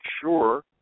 sure